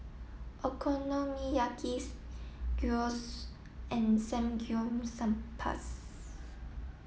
Okonomiyaki's Gyros and